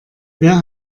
wer